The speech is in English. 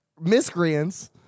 Miscreants